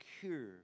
cure